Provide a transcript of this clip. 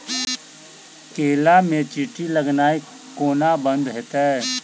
केला मे चींटी लगनाइ कोना बंद हेतइ?